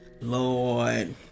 Lord